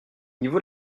niveau